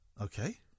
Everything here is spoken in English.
Okay